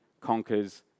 conquers